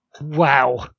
Wow